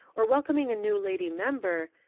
or welcoming a new lady member,